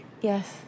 Yes